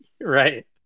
Right